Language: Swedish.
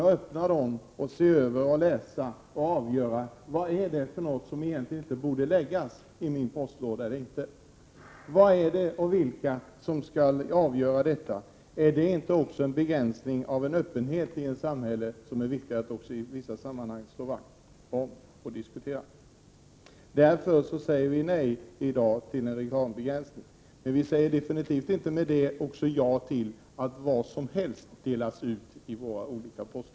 Vem är det egentligen som skall avgöra vilka reklamblad som skall läggas i min postlåda eller inte? Blir inte detta också en begränsning av öppenheten i vårt samhälle, vilken vi i vissa sammanhang slår vakt om? Vi säger därför i dag nej till en reklambegränsning. Men vi säger med det definitivt inte ja till att vad som helst skall delas ut i våra postlådor.